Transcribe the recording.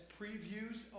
previews